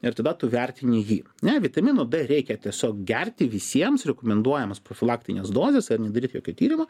ir tada tu vertini jį ne vitamino d reikia tiesiog gerti visiems rekomenduojamas profilaktines dozes ir nedaryt jokio tyrimo